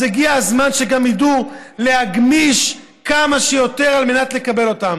אז הגיע הזמן שגם ידעו להגמיש כמה שיותר על מנת לקבל אותם.